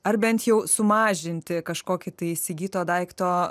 ar bent jau sumažinti kažkokį tai įsigyto daikto